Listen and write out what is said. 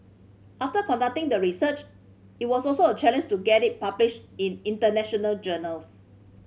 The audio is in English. after conducting the research it was also a challenge to get it published in international journals